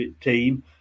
team